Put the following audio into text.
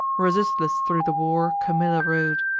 resistless thro' the war camilla rode,